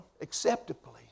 acceptably